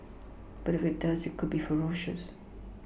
but if it does it could be ferocious